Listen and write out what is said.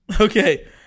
Okay